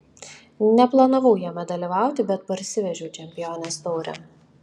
neplanavau jame dalyvauti bet parsivežiau čempionės taurę